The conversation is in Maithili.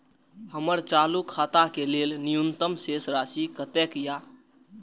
हमर चालू खाता के लेल न्यूनतम शेष राशि कतेक या?